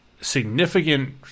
significant